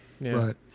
Right